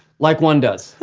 like one does.